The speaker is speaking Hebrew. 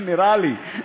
נראה לי.